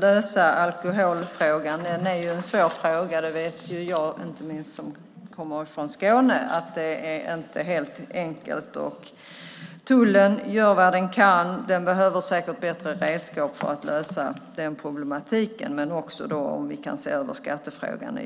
lösa alkoholfrågan. Det är en svår fråga. Inte minst jag som kommer från Skåne vet att det inte är helt enkelt. Tullen gör vad den kan. Den behöver säkert bättre redskap för att lösa den problematiken. Det är bra om vi kan se över skattefrågan.